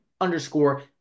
underscore